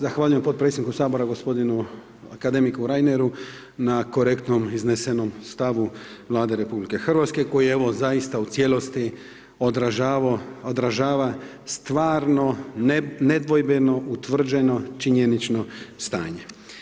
Zahvaljujem potpredsjedniku Sabora, g. akademiku Reineru na korektno iznesenom stavu Vlade RH, koje evo zaista u cijelosti održava stvarno nedvojbeno utvrđeno činjenično stanje.